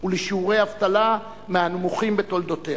ולשיעור אבטלה מהנמוכים בתולדותיה.